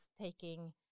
taking